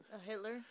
Hitler